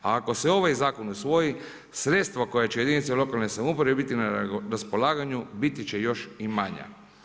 A ako se ovaj zakon usvoji sredstva koja će jedinici lokalne samouprave biti na raspolaganju biti će još i manja.